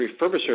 Refurbisher